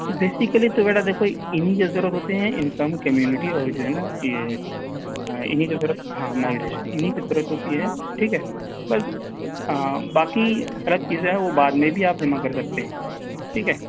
basically تو بیٹا دیکھو انہی کی ضرورت ہوتے ہیں انکم کمیونٹی اور جو ہے نا یہ انہی کی ضرورت ہاں مائگریشن انہی کی ضرورت ہوتی ہے ٹھیک ہے بس باقی الگ چیزیں ہیں وہ بعد میں بھی آپ جمع کر سکتے ہو ٹھیک ہے